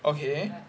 okay